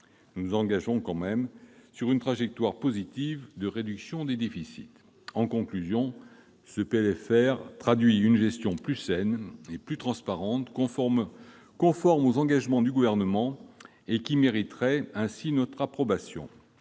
nous nous engageons quand même sur une trajectoire positive de la réduction des déficits. En conclusion, ce projet de loi de finances rectificative traduit une gestion plus saine et plus transparente, conforme aux engagements du Gouvernement et qui mériterait ainsi notre approbation.